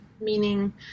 meaning